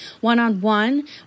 one-on-one